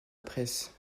presse